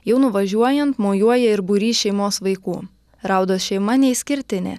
jau nuvažiuojan mojuoja ir būrys šeimos vaikų raudos šeima neišskirtinė